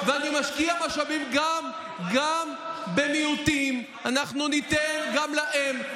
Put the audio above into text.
אני משקיע משאבים גם במיעוטים, אנחנו ניתן גם להם.